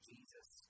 Jesus